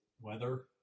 weather